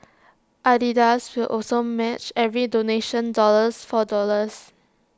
Adidas will also match every donation dollars for dollars